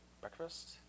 breakfast